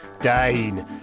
Dane